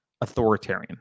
authoritarian